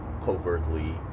covertly